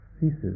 ceases